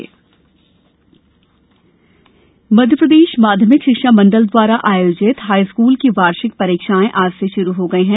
high school परीक्षा मध्यप्रदेश माध्यमिक शिक्षा मंडल द्वारा आयोजित हाई स्कूल की वार्षिक परीक्षाएं आज से शुरू हो गई है